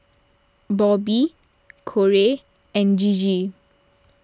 Bobby Korey and Gigi